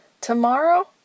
Tomorrow